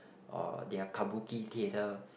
or their kabuki theatre